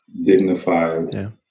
dignified